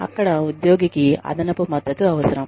అక్కడ ఉద్యోగికి అదనపు మద్దతు అవసరం